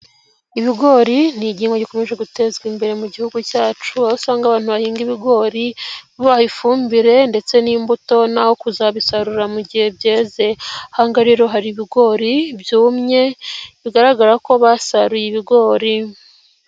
Ibigori ni igihingwa gikomeje gutezwa imbere mu gihugu cyacu, aho usanga abantu bahinga ibigori babaha ifumbire ndetse n'imbuto naho kuzabisarura mu gihe byeze ahangaha rero hari ibigori byumye bigaragara ko basaruye ibigori.